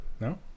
No